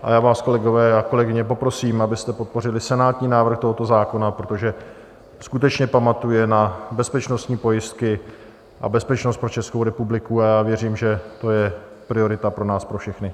A já vás, kolegové a kolegyně, poprosím, abyste podpořili senátní návrh tohoto zákona, protože skutečně pamatuje na bezpečnostní pojistky a bezpečnost pro Českou republiku, a věřím, že to je priorita pro nás pro všechny.